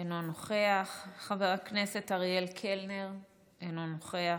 אינו נוכח, חבר הכנסת אריאל קלנר, אינו נוכח.